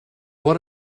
one